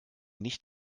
nicht